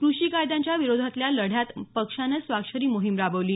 कृषी कायद्यांच्या विरोधातल्या लढ्यात पक्षाने स्वाक्षरी मोहीम राबवली